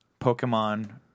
Pokemon